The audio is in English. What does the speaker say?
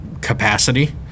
capacity